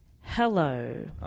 Hello